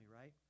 right